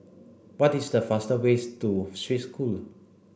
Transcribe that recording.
what is the fastest ways to Swiss School